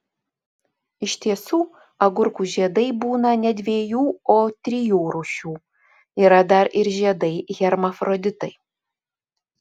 iš tiesų agurkų žiedai būna ne dviejų o trijų rūšių yra dar ir žiedai hermafroditai